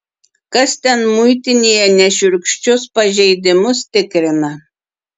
kas ten muitinėje nešiurkščius pažeidimus tikrina